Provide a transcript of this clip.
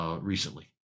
Recently